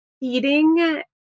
eating